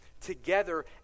together